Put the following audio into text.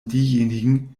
diejenigen